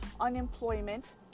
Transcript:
unemployment